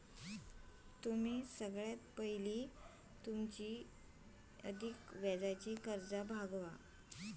तुम्ही सगळ्यात पयला तुमची अधिक व्याजाची कर्जा भागवा